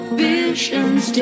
visions